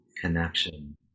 connection